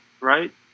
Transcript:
right